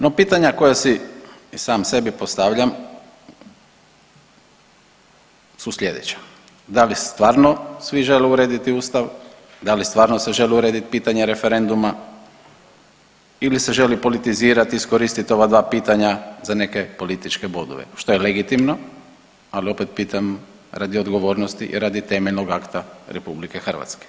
No pitanja koja si i sami sebi postavljam su slijedeća, da li stvarno svi žele urediti ustav, da li stvarno se želi uredit pitanje referenduma ili se želi politizirat i iskoristit ova dva pitanja za neke političke bodove, što je legitimno, ali opet pitam radi odgovornosti i radi temeljnog akta RH.